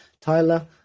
Tyler